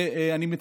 ואני מצטט: